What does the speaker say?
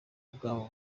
bwabo